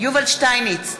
יובל שטייניץ,